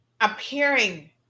appearing